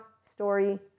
story